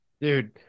dude